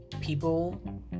people